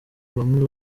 bamwe